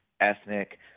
ethnic